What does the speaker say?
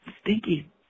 stinky